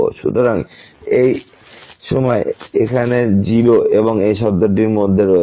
সুতরাং এই সময় এখানে 0 এবং এই শব্দটির মধ্যে রয়েছে